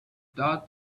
darth